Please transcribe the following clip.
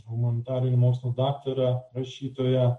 humanitarinių mokslų daktarą rašytoją